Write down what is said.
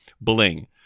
bling